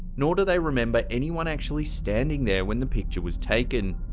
nor do they remember anyone actually standing there when the picture was taken.